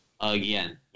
again